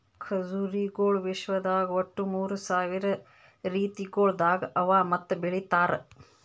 ಖಜುರಿಗೊಳ್ ವಿಶ್ವದಾಗ್ ಒಟ್ಟು ಮೂರ್ ಸಾವಿರ ರೀತಿಗೊಳ್ದಾಗ್ ಅವಾ ಮತ್ತ ಬೆಳಿತಾರ್